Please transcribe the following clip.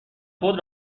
خود